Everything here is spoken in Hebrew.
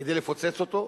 כדי לפוצץ אותו?